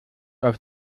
auf